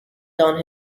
down